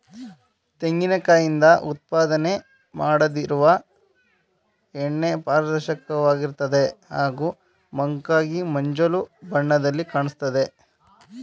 ತೆಂಗಿನ ಕಾಯಿಂದ ಉತ್ಪಾದನೆ ಮಾಡದಿರುವ ಎಣ್ಣೆ ಪಾರದರ್ಶಕವಾಗಿರ್ತದೆ ಹಾಗೂ ಮಂಕಾಗಿ ಮಂಜಲು ಬಣ್ಣದಲ್ಲಿ ಕಾಣಿಸ್ತದೆ